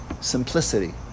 simplicity